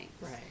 right